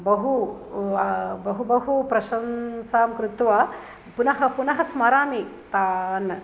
बहु बहु बहु प्रशंसां कृत्वा पुनः पुनः स्मरामि तान्